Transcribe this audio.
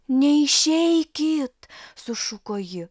neišeikit sušuko ji